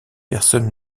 personne